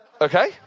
Okay